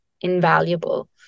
invaluable